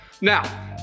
Now